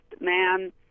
man